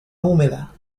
húmeda